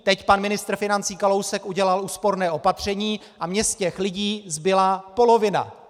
Teď pan ministr financí Kalousek udělal úsporné opatření a mně z těch lidí zbyla polovina!